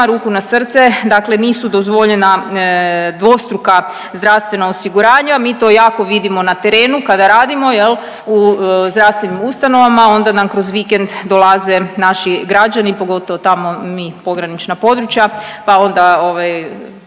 ruku na srce, dakle nisu dozvoljena dvostruka zdravstvena osiguranje. Mi to jako vidimo na terenu kada radimo jel u zdravstvenim ustanovama, onda nam kroz vikend dolaze naši građani, pogotovo tamo mi pogranična područja pa ona ovaj